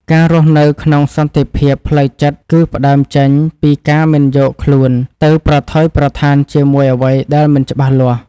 ការរស់នៅក្នុងសន្តិភាពផ្លូវចិត្តគឺផ្ដើមចេញពីការមិនយកខ្លួនទៅប្រថុយប្រថានជាមួយអ្វីដែលមិនច្បាស់លាស់។